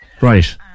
Right